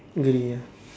grey ah